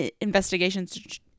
investigations